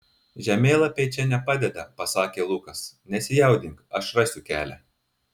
žemėlapiai čia nepadeda pasakė lukas nesijaudink aš rasiu kelią